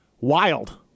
wild